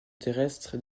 terrestres